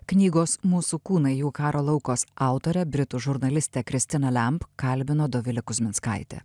knygos mūsų kūnai jų karo laukos autorę britų žurnalistę kristiną lemp kalbino dovilė kuzminskaitė